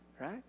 right